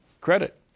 credit